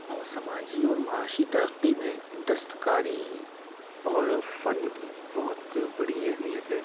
سماجی اور معاشی ترقی میں دستکاری اور فن کی بہت بڑی اہمیت ہے